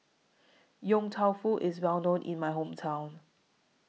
Yong Tau Foo IS Well known in My Hometown